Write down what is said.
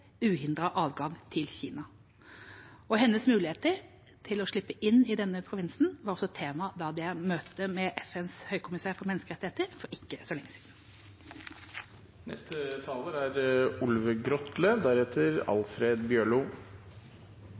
til Kina. Hennes muligheter til å slippe inn i denne provinsen var også et tema da jeg hadde et møte med FNs høykommissær for menneskerettigheter for ikke så lenge siden. Eg er